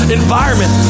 environment